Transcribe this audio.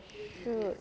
should